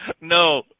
no